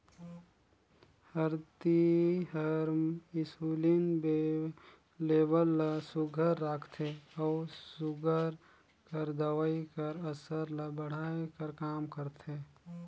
हरदी हर इंसुलिन लेबल ल सुग्घर राखथे अउ सूगर कर दवई कर असर ल बढ़ाए कर काम करथे